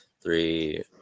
three